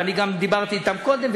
ואני גם דיברתי אתם קודם,